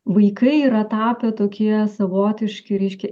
vaikai yra tapę tokie savotiški reiškia